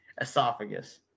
Esophagus